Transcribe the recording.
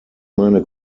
meine